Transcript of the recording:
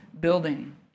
building